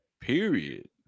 period